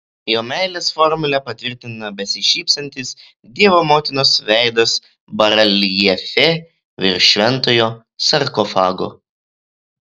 jo meilės formulę patvirtina besišypsantis dievo motinos veidas bareljefe virš šventojo sarkofago